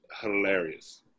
hilarious